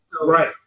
Right